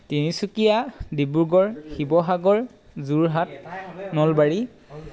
Tinsukia Dibrugarh Sivasagar Jorhat Nalbari